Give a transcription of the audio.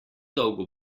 dolgo